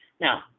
Now